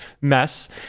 mess